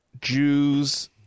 Jews